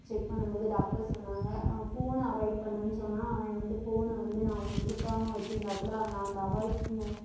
check பண்ணும்போது doctor சொன்னாங்க அவன் ஃபோன் அவாய்ட் பண்ணணுன் சொன்னால் அவன் வந்து ஃபோனை வந்து நான் அவனுக்கு கொடுக்காம வச்சிருந்தால் கூட அவன் அந்த அவாய்ட்ன்னு